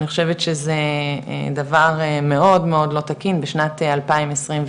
אני חושבת שזה דבר מאוד לא תקין בשנת 2021,